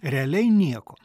realiai nieko